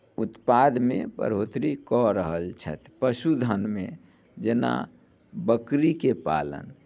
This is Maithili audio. उत्पादमे बढ़ोतरी कऽ रहल छथि पशुधनमे जेना बकरीके पालन